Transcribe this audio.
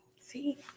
see